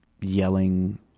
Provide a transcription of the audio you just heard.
yelling